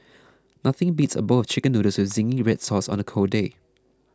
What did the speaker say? nothing beats a bowl of Chicken Noodles with Zingy Red Sauce on a cold day